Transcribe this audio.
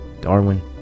Darwin